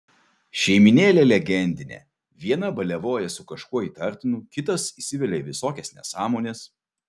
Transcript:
šeimynėlė legendinė viena baliavoja su kažkuo įtartinu kitas įsivelia į visokias nesąmones